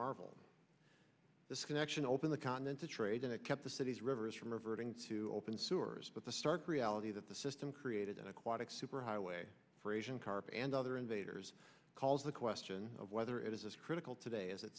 marvel this connection open the continent to trade and it kept the city's rivers from reverting to open sewers but the stark reality that the system created an aquatic superhighway for asian carp and other invaders calls the question of whether it is as critical today as it